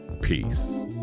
peace